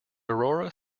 aurora